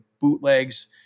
bootlegs